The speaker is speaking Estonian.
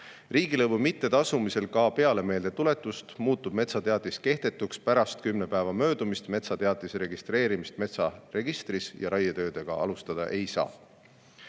Riigilõivu mittetasumisel ka peale meeldetuletust muutub metsateatis kehtetuks pärast 10 päeva möödumist metsateatise registreerimisest metsaregistris ja raietöid alustada ei saa.